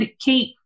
Kate